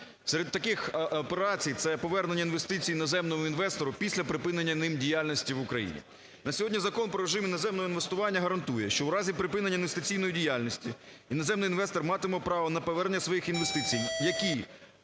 Серед таких операцій це повернення інвестицій іноземному інвестору після припинення ним діяльності в Україні. На сьогодні Закон про режим іноземного інвестування гарантує, що в разі припинення інвестиційної діяльності іноземний інвестор матиме право на повернення своїх інвестицій, які,